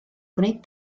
gwneud